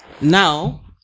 now